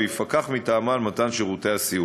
ויפקח מטעמה על מתן שירותי הסיעוד".